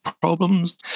problems